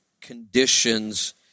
conditions